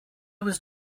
was